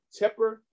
Tepper